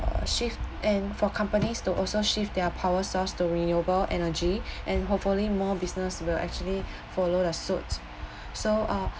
uh shift and for companies to also shift their power source to renewable energy and hopefully more business will actually follow the suits so uh